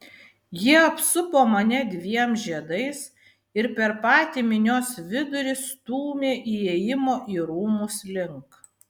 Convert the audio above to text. jie apsupo mane dviem žiedais ir per patį minios vidurį stūmė įėjimo į rūmus link